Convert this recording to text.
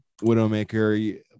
Widowmaker